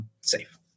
safe